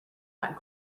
not